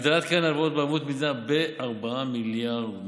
הגדלת קרן ההלוואות בערבות מדינה ב-4 מיליארד ש"ח,